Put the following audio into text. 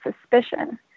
suspicion